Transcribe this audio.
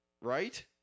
right